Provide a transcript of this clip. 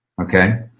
Okay